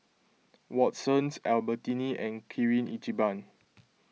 Watsons Albertini and Kirin Ichiban